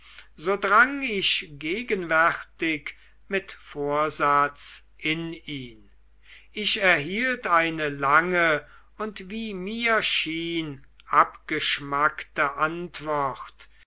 so drang ich gegenwärtig mit vorsatz in ihn ich erhielt eine lange und wie mir schien abgeschmackte antwort